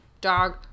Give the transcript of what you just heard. dog